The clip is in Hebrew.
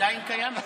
עדיין קיים?